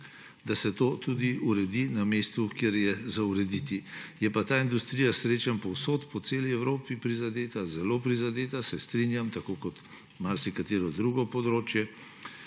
da se to tudi uredi na mestu, kjer je za urediti. Je pa ta industrija srečanj povsod po celi Evropi prizadeta, zelo prizadeta, se strinjam, tako kot marsikatero drugo področje.